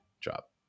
drop